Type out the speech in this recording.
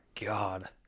God